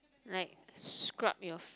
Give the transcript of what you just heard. like scrap your